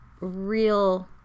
real